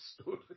story